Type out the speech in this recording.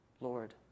Lord